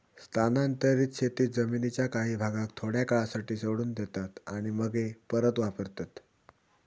स्थानांतरीत शेतीत जमीनीच्या काही भागाक थोड्या काळासाठी सोडून देतात आणि मगे परत वापरतत